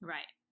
Right